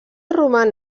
roman